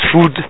food